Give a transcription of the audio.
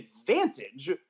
advantage